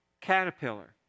Caterpillar